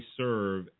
serve